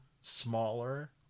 smaller